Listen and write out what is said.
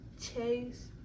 Chase